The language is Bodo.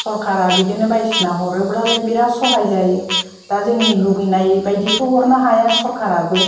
सरखारा बिदिनो बायदिसिना हरोब्लाबाय बिराद सहाय जायो दा जोंनि लुबैनाय बायदिथ' हरनो हाया सोरखाराबो